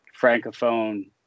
Francophone